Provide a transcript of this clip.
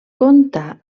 conta